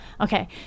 okay